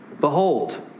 behold